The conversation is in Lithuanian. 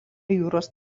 jūros